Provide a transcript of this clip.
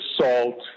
salt